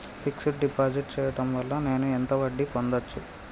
Fix డ్ deposit చేయటం వల్ల నేను ఎంత వడ్డీ పొందచ్చు?